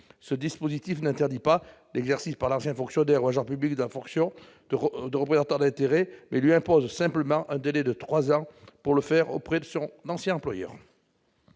Ce dispositif n'interdit pas l'exercice par l'ancien fonctionnaire ou agent public de la fonction de représentant d'intérêts, mais lui impose simplement un délai de trois ans pour le faire auprès de son ancien employeur.